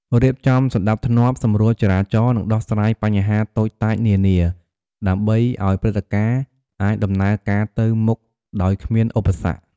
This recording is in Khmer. រៀបចំសណ្ដាប់ធ្នាប់ សម្រួលចរាចរណ៍ និងដោះស្រាយបញ្ហាតូចតាចនានា ដើម្បីឱ្យព្រឹត្តិការណ៍អាចដំណើរការទៅមុខដោយគ្មានឧបសគ្គ។